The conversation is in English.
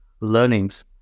learnings